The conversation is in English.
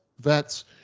vets